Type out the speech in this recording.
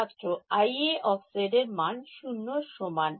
ছাত্র I A এর মান 0 এর সমান